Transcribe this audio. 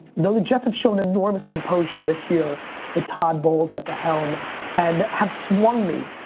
though the jets have shown enormous composure this year with todd bowles at the helm and have swung me.